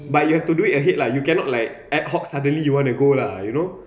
but you have to do it ahead lah you cannot like ad hoc suddenly you wanna go lah you know